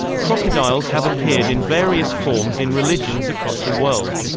crocodiles have appeared in various forms in religions across the world.